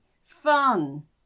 fun